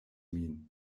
min